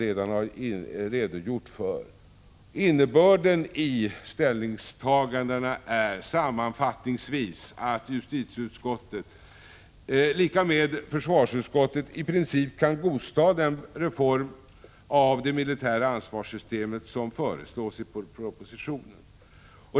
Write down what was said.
Sammanfattningsvis är innebörden av gjorda ställningstaganden att justitieutskottet, liksom försvarsutskottet, i princip kan godta den reform av det militära ansvarssystemet som föreslås i propositionen.